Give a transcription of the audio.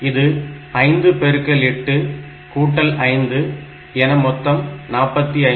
இது 5 பெருக்கல் 8 கூட்டல் 5 என மொத்தம் 45